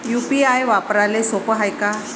UPI वापराले सोप हाय का?